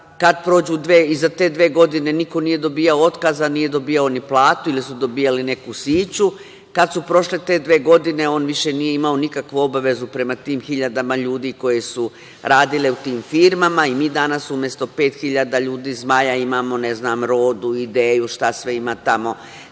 tog objekta. Iza te dve godine niko nije dobijao otkaz, nije dobijao ni platu ili su dobijali neku siću. Kad su prošle te dve godine on više nije imao nikakvu obavezu prema tim hiljada ljudi koji su radili u tim firmama. Mi danas umesto 5.000 ljudi iz „Zmaja“ imamo, na znam, „Rodu“, IDEU, šta sve ima tamo